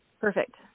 Perfect